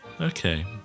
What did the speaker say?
Okay